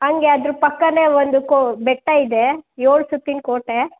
ಹಂಗೆ ಅದ್ರ ಪಕ್ಕನೇ ಒಂದು ಕೊ ಬೆಟ್ಟ ಇದೆ ಏಳು ಸುತ್ತಿನ ಕೋಟೆ